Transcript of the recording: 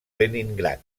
leningrad